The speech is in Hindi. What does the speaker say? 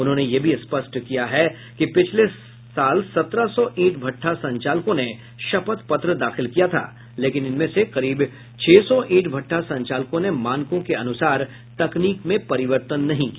उन्होंने यह भी स्पष्ट किया कि पिछले साल सत्रह सौ ईंट भट्ठा संचालकों ने शपथ पत्र दाखिल किया था लेकिन इनमें से करीब छह सौ ईंट भट्ठा संचालकों ने मानकों के अनुसार तकनीक में परिवर्तन नहीं किया